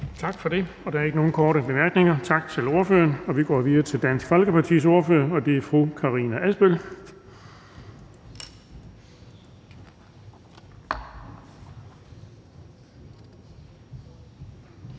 Tak for det. Der er ikke nogen korte bemærkninger. Tak til ordføreren. Vi går videre til Konservative Folkepartis ordfører, og det er fru Britt Bager.